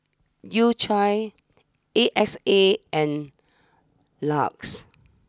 U Cha A X A and LUX